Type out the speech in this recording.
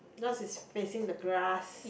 yours is facing the grass